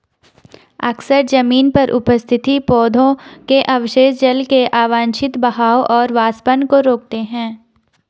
अक्सर जमीन पर उपस्थित पौधों के अवशेष जल के अवांछित बहाव और वाष्पन को रोकते हैं